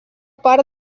part